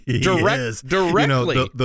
directly